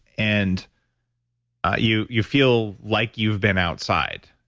and you you feel like you've been outside.